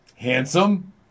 Handsome